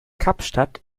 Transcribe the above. kapstadt